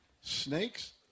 Snakes